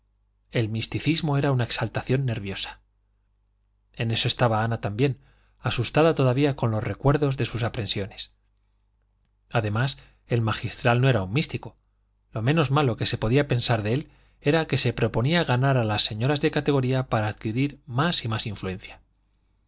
el misticismo era una exaltación nerviosa en eso estaba ana también asustada todavía con los recuerdos de sus aprensiones además el magistral no era un místico lo menos malo que se podía pensar de él era que se proponía ganar a las señoras de categoría para adquirir más y más influencia